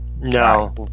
No